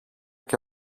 και